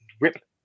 rip